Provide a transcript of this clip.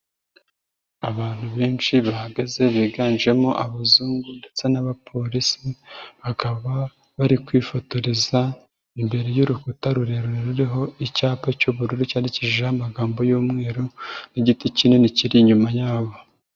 Abantu benshi bahagaze biganjemo abazungu ndetse n'abapolisi, bakaba bari kwifotoreza imbere y'urukuta rurerure ruriho icyapa cy'ubururu cyandikishijeho amagambo y'umweru n'igiti kinini kiri inyuma yabo.